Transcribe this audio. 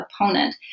opponent